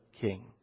king